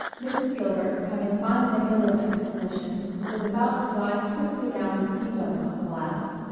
mrs. gilbert having climbed the hill of exposition was about to glide swiftly down the ski-jump of collapse.